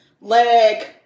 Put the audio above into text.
leg